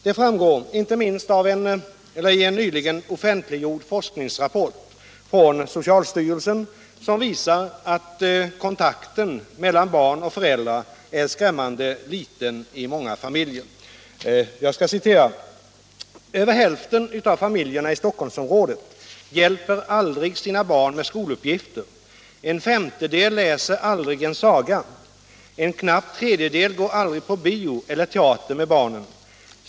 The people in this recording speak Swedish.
Detta framgår inte minst av en nyligen offentliggjord forskningsrapport från socialstyrelsen, som visar att kontakten mellan barn och föräldrar är skrämmande liten i många familjer. Jag citerar: ”Över hälften av familjerna i Storstockholmsområdet hjälper aldrig sina barn med skoluppgifter, en femtedel läser aldrig en saga, en knapp tredjedel går aldrig på bio eller teater med barnen.